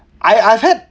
I I had